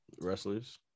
wrestlers